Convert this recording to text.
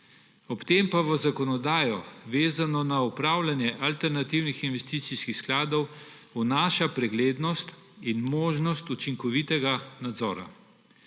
ob tem pa v zakonodajo, vezano na upravljanje alternativnih investicijskih skladov, vnaša preglednost in možnost učinkovitega nadzora.